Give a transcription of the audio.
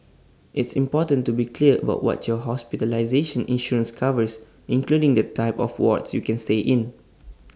it's important to be clear about what your hospitalization insurance covers including the type of wards you can stay in